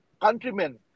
countrymen